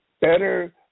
Better